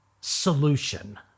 solution